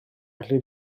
felly